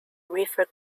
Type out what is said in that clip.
river